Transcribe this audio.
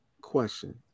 question